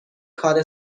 کار